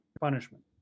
punishment